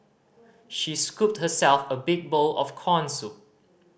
she scooped herself a big bowl of corn soup